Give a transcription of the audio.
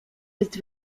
jest